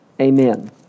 Amen